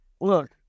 Look